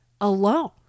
alone